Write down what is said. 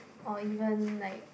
or even like